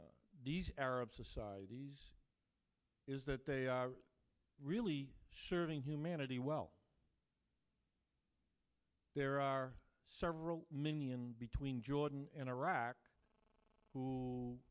these arab societies is that they are really serving humanity well there are several many in between jordan and iraq who